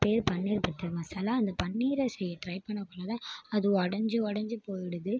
பேர் பன்னீர் பட்டர் மசாலா அந்த பன்னீரை செய்ய ட்ரை பண்ணக்கொள்ளதான் அது உடஞ்சி உடஞ்சி போய்விடுது